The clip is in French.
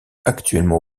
actuellement